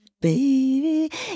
baby